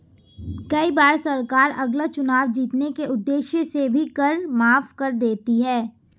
कई बार सरकार अगला चुनाव जीतने के उद्देश्य से भी कर माफ कर देती है